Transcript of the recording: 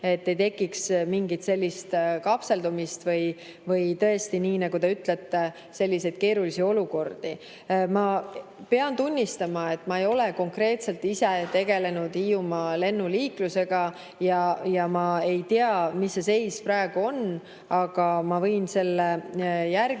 et ei tekiks mingit kapseldumist ega tõesti, nii nagu te ütlete, selliseid keerulisi olukordi. Ma pean tunnistama, et ma ei ole ise tegelenud Hiiumaa lennuliiklusega ja ma ei tea, mis sealne seis praegu on. Aga ma võin selle järele